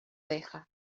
deja